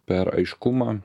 per aiškumą